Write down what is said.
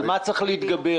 על מה צריך להתגבר?